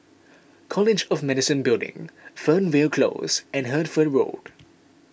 College of Medicine Building Fernvale Close and Hertford Road